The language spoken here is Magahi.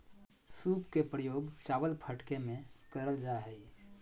सूप के प्रयोग चावल फटके में करल जा हइ